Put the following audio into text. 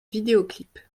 vidéoclips